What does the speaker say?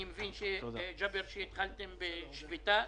אני מבין, ג'אבר חמוד, שהתחלתם בשביתה.